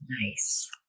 Nice